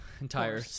entire